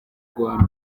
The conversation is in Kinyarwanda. rwanda